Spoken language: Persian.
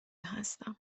هستم